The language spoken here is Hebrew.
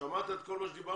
שמעת את כל מה שדיברנו?